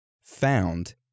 found